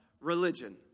religion